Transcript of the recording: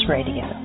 Radio